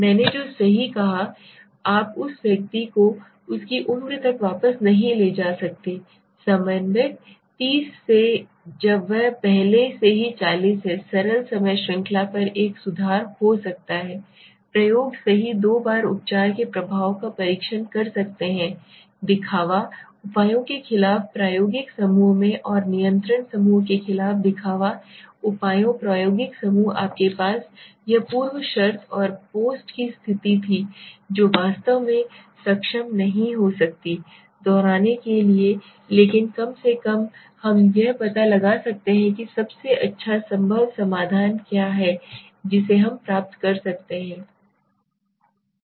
मैंने जो सही कहा आप उस व्यक्ति को उसकी उम्र तक वापस नहीं ले सकते समन्वयक 30 फिर से जब यह पहले से ही 40 है सरल समय श्रृंखला पर एक सुधार हो सकता है प्रयोग सही दो बार उपचार के प्रभाव का परीक्षण कर सकते हैं दिखावा उपायों के खिलाफ प्रायोगिक समूह में और नियंत्रण समूह के खिलाफ दिखावा उपायों प्रायोगिक समूह आपके पास वह पूर्व शर्त और पोस्ट की स्थिति थी जो वास्तव में सक्षम नहीं हो सकती है दोहराने के लिए लेकिन कम से कम हम यह पता लगा सकते हैं कि सबसे अच्छा संभव समाधान क्या है जिसे हम प्राप्त कर सकते हैं